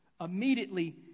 immediately